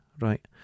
right